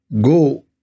Go